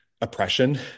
oppression